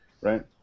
Right